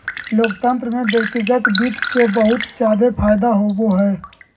लोकतन्त्र में व्यक्तिगत वित्त के बहुत जादे फायदा होवो हय